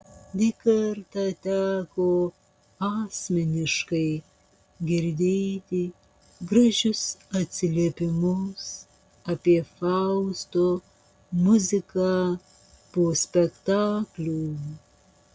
ne kartą teko asmeniškai girdėti gražius atsiliepimus apie fausto muziką po spektaklių